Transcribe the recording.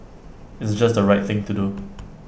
it's just the right thing to do